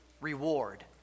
reward